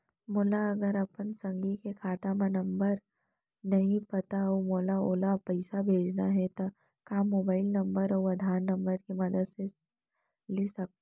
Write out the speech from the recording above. मोला अगर अपन संगी के खाता नंबर नहीं पता अऊ मोला ओला पइसा भेजना हे ता का मोबाईल नंबर अऊ आधार नंबर के मदद ले सकथव?